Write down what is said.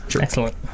Excellent